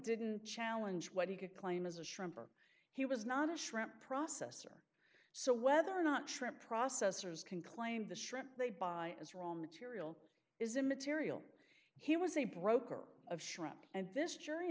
didn't challenge what he could claim as a shrimp or he was not a shrimp processor so whether or not shrimp processors can claim the shrimp they buy is wrong material is immaterial he was a broker of shrimp and this jury